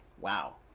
Wow